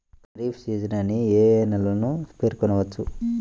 Kharif season అని ఏ ఏ నెలలను పేర్కొనవచ్చు?